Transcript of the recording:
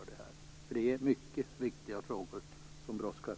Dessa frågor är mycket viktiga, och det brådskar.